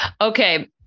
Okay